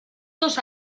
dos